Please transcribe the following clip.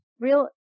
real